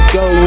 go